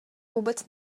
vůbec